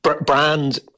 Brand